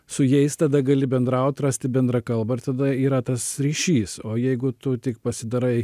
su jais tada gali bendraut rasti bendrą kalbą ir tada yra tas ryšys o jeigu tu tik pasidarai